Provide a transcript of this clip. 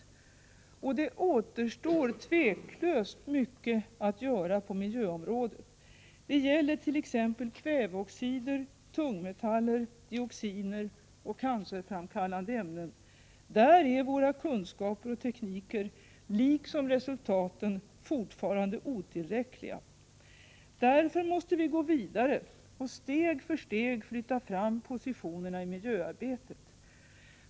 Utan tvivel återstår det mycket att göra på miljöområdet. Det gäller t.ex. kväveoxider, tungmetaller, dioxiner och cancerframkallande ämnen. Där är våra kunskaper och tekniker, liksom resultaten, fortfarande otillräckliga. Därför måste vi gå vidare och steg för steg flytta fram positionerna i miljöarbetet.